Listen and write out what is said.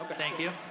ah but thank you.